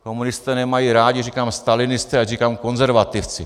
Komunisté nemají rádi, když říkám stalinisté, ať říkám konzervativci.